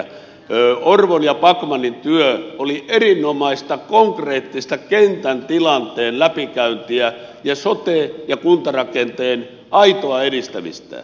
orvon ja backmanin työ oli erinomaista konkreettista kentän tilanteen läpikäyntiä ja sote ja kuntarakenteen aitoa edistämistä